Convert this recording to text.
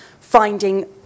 finding